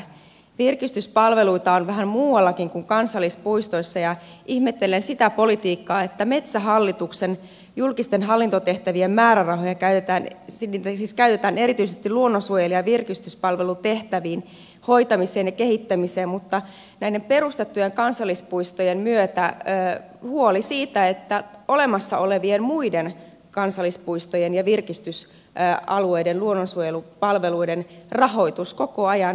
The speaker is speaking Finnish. virkistyspalveluita on vähän muuallakin kuin kansallispuistoissa ja ihmettelen sitä politiikkaa että metsähallituksen julkisten hallintotehtävien määrärahoja käytetään erityisesti luonnonsuojelu ja virkistyspalvelutehtävien hoitamiseen ja kehittämiseen mutta näiden perustettujen kansallispuistojen myötä on huoli siitä että olemassa olevien muiden kansallispuistojen ja virkistysalueiden luonnonsuojelupalveluiden rahoitus koko ajan niukkenee